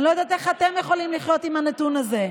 אני לא יודעת איך אתם יכולים לחיות עם הנתון הזה.